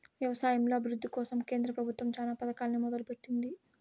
వ్యవసాయంలో అభివృద్ది కోసం కేంద్ర ప్రభుత్వం చానా పథకాలనే మొదలు పెట్టింది